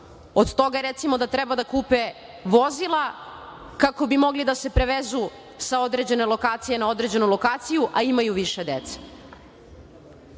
od toga, recimo, da treba da kupe vozila kako bi mogli da se prevezu sa određene lokacije na određenu lokaciju, a imaju više